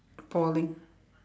falling